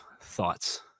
thoughts